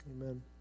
Amen